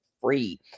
free